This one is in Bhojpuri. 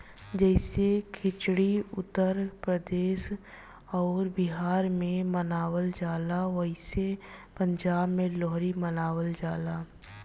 जैसे खिचड़ी उत्तर प्रदेश अउर बिहार मे मनावल जाला ओसही पंजाब मे लोहरी मनावल जाला